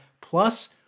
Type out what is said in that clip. Plus